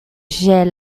shelf